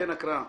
הקראה.